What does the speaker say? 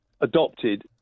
adopted